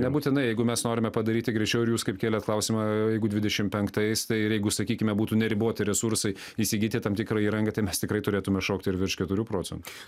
nebūtinai jeigu mes norime padaryti greičiau ir jūs kaip kėlėt klausimą jeigu dvidešim penktais tai ir jeigu sakykime būtų neriboti resursai įsigyti tam tikrą įrangą tai mes tikrai turėtume šokti ir virš keturių procentų